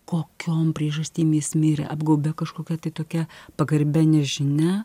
kokiom priežastim jis mirė apgaubia kažkokia tai tokia pagarbia nežinia